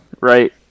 Right